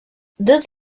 this